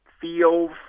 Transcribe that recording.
feels